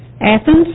Athens